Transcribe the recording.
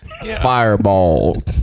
Fireball